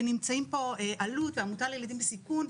ונמצאים פה אלו"ט והעמותה לילדים בסיכון,